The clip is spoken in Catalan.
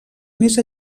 més